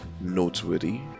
noteworthy